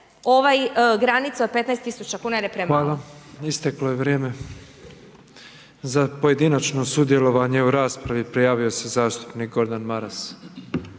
**Petrov, Božo (MOST)** Hvala, isteklo je vrijeme. Za pojedinačno sudjelovanje u raspravi prijavio se zastupnik Maras.